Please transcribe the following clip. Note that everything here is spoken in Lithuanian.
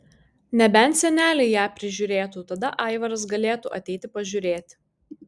nebent seneliai ją prižiūrėtų tada aivaras galėtų ateiti pažiūrėti